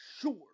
sure